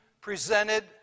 presented